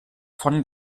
von